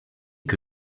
que